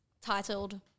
titled